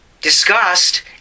discussed